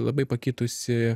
labai pakitusi